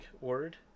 word